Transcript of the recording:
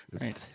right